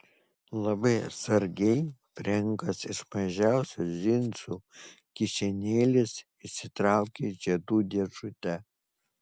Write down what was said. labai atsargiai frenkas iš mažiausios džinsų kišenėlės išsitraukė žiedų dėžutę